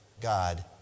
God